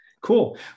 Cool